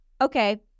okay